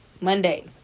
Monday